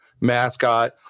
mascot